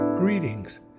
Greetings